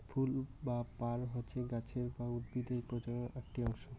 ফুল বা পার হসে গাছের বা উদ্ভিদের প্রজনন আকটি অংশ